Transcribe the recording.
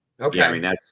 Okay